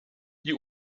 die